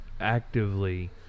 actively